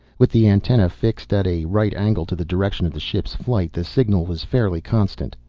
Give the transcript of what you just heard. with the antenna fixed at a right angle to the direction of the ship's flight, the signal was fairly constant.